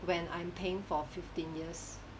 when I'm paying for fifteen years